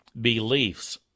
beliefs